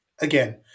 Again